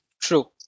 true